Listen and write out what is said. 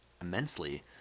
immensely